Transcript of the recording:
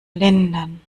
lindern